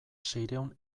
seiehun